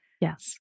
Yes